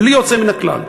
בלי יוצא מן הכלל,